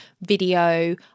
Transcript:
video